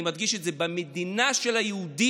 אני מדגיש את זה: במדינה של היהודים.